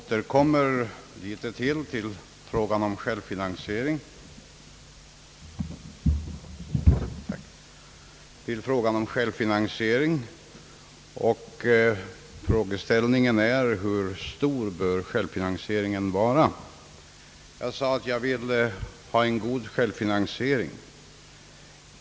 Herr talman! Jag återkommer till frågan om självfinansieringen. Frågeställningen gällde hur stor självfinansieringen bör vara. Jag framhöll tidigare alt jag vill att företagen skall ha en ganska hög självfinansiering.